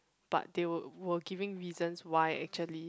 but they were were giving reasons why actually